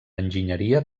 enginyeria